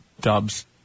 Dubs